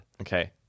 Okay